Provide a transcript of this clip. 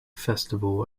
festival